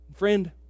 Friend